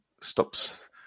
stops